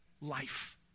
life